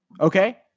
okay